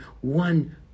one